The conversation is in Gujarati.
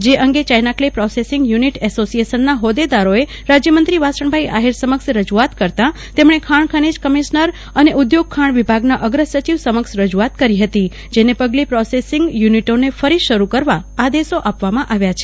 જે અંગે ચાઈનાકલે પ્રોસેસીંગ યુનિટ એસોસીએશનના હોદેદારોએ રાજ્યમંત્રી વાસણાઈ આહિર સમક્ષ રજૂઆત કરતા તેમણે ખાણ ખનિજ કમિશ્નર અને ઉદ્યોગ ખાણ વિભાગના અગ્રસચિવ સમક્ષ રજૂઆત કરી હતી જેને પગલે પ્રોસેસીંગ યુનિટોને ફરી શરૂ કરવા માટેનો આદેશો આપવામાં આવ્યા હતા